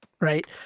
right